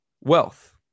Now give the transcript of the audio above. Wealth